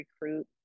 recruit